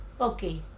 Okay